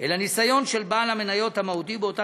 אלא בניסיון של בעל המניות המהותי באותה